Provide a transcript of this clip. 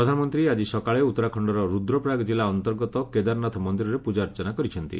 ପ୍ରଧାନମନ୍ତ୍ରୀ ଆଜି ସକାଳେ ଉତ୍ତରାଖଣ୍ଡର ରୂଦ୍ରପ୍ରୟାଗ ଜିଲ୍ଲା ଅନ୍ତର୍ଗତ କେଦାରନାଥ ମନ୍ଦିରରେ ପ୍ରଜାର୍ଚ୍ଚନା କରିଛନ୍ତି